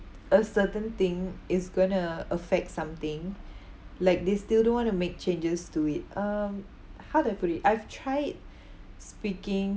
a certain thing is going to affect something like they still don't want to make changes to it um how do I put it I've tried speaking